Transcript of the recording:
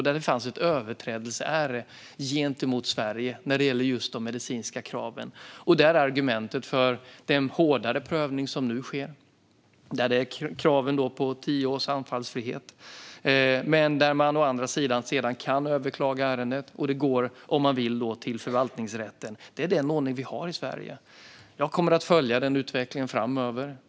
Där fanns det ett överträdelseärende mot Sverige när det gäller just de medicinska kraven, med argumentet för den hårdare prövning som nu sker med krav på tio års anfallsfrihet. Å andra sidan kan man sedan, om man vill, överklaga ärendet, som då går till förvaltningsrätten. Det är den ordning vi har i Sverige. Jag kommer att följa den utvecklingen framöver.